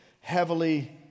heavily